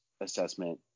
assessment